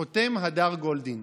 חותם: הדר גולדין.